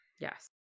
yes